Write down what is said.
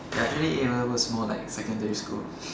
ya actually A levels more like secondary school